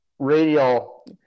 radial